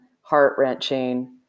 heart-wrenching